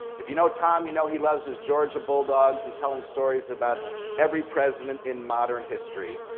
if you know tom, you know he loves his georgia bulldogs and telling stories about every president in modern history.